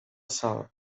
sol